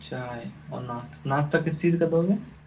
चाय और नाश नाश्ता किस चीज़ का दोगे